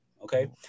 okay